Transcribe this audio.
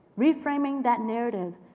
reframing that narrative